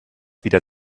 wieder